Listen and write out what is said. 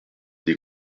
des